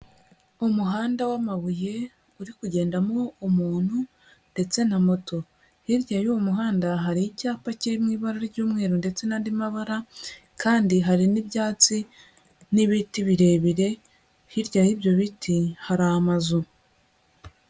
Umuhanda w'amabuye, uri kugendamo umuntu, ndetse na moto. Hirya y'uwo muhanda hari icyapa kirimo ibara ry'umweru ndetse n'andi mabara, kandi hari n'ibyatsi, n'ibiti birebire, hirya y'ibyo biti hari amazu.